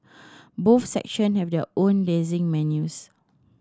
both section have their own dazzling menus